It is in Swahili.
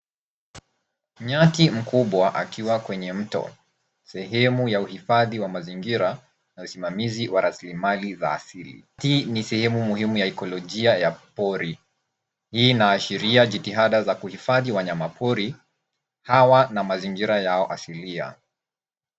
Nyati mkubwa, akiwa kwenye mto, sehemu ya uhifadhi wa mazingira, na usimamizi wa rasilimali za asili, hii ni sehemu muhimu ya ekolojia ya pori. Hii inaashiria jitihada za kuhifadhi wanyama pori, hawa na mazingira yao ya asilia.